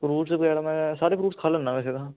fruits ਵਗੈਰਾ ਮੈਂ ਸਾਰੇ ਫਰੂਟਸ ਖਾ ਲੈਂਦਾ ਵੈਸੇ ਤਾਂ